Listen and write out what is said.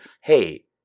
hey